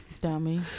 dummy